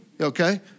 okay